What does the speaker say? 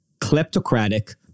kleptocratic